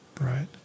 Right